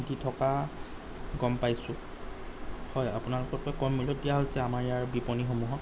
বিকি থকা গম পাইছোঁ হয় আপোনালোকতকৈ কম মূল্যত দিয়া হৈছে আমাৰ ইয়াৰ বিপণীসমূহত